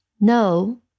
No